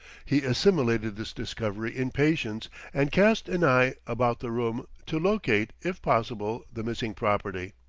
he assimilated this discovery in patience and cast an eye about the room, to locate, if possible, the missing property.